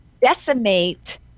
decimate